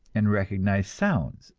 and recognize sounds,